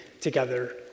together